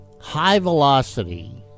High-Velocity